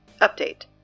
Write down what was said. update